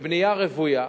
בבנייה רוויה,